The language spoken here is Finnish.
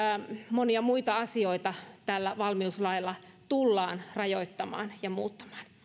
monia muita asioita tällä valmiuslailla tullaan rajoittamaan ja muuttamaan